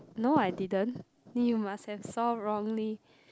no I didn't you must have saw wrongly